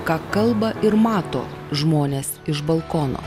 ką kalba ir mato žmonės iš balkono